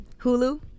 Hulu